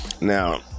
Now